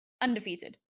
undefeated